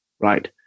right